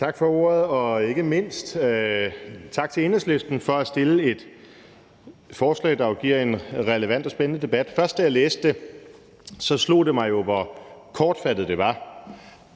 Tak for ordet, og ikke mindst tak til Enhedslisten for at fremsætte et forslag, der giver en relevant og spændende debat. Først, da jeg læste det, slog det mig, hvor kortfattet det var,